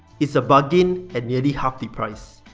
it's a bargain at nearly half the price.